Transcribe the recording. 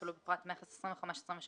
הכלול בפרט מכס 25.23.2900;